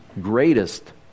greatest